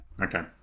Okay